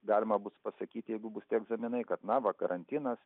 galima bus pasakyti jeigu bus tie egzaminai kad na va karantinas